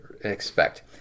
expect